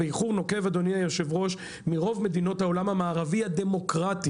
באיחור נוקב מרוב מדינות העולם המערבי הדמוקרטי.